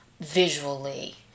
visually